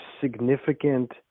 significant